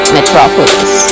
Metropolis